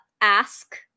ask